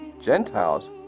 Gentiles